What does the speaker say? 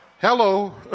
Hello